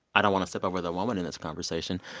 i don't want to step over the woman in this conversation.